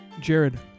Jared